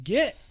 Get